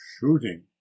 shooting